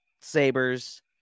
sabers